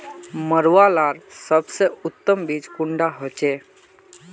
मरुआ लार सबसे उत्तम बीज कुंडा होचए?